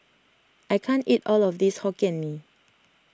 I can't eat all of this Hokkien Mee